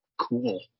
cool